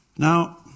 Now